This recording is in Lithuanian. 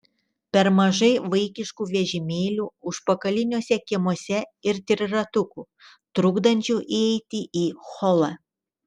per mažai vaikiškų vežimėlių užpakaliniuose kiemuose ir triratukų trukdančių įeiti į holą